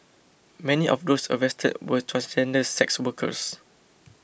many of those arrested were transgender sex workers